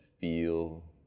feel